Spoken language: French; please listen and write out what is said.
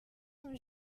sont